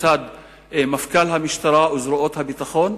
מצד מפכ"ל המשטרה וזרועות הביטחון,